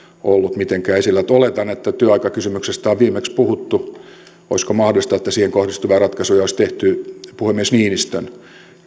ollut mitenkään esillä joten oletan että työaikakysymyksestä on viimeksi puhuttu olisiko mahdollista että siihen kohdistuvia ratkaisuja olisi tehty puhemies niinistön